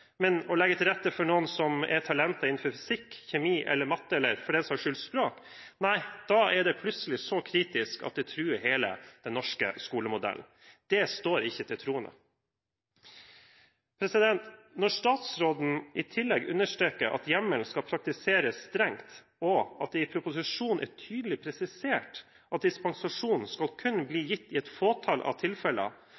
å legge til rette for noen som har talent innenfor fysikk, kjemi, matematikk eller – for den saks skyld – språk, plutselig er så kritisk at det truer hele den norske skolemodellen, står ikke til troende. Når statsråden i tillegg understreker at hjemmelen skal praktiseres strengt, og at det i proposisjonen er tydelig presisert at dispensasjon kun skal bli